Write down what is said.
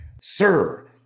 sir